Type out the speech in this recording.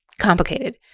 complicated